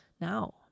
now